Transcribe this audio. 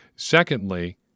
Secondly